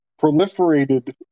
proliferated